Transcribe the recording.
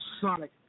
Sonic